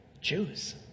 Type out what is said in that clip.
Jews